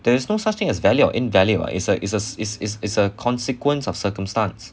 there's no such thing as valid or invalid what is uh is is is is a consequence of circumstance